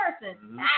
person